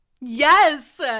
Yes